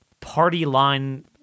party-line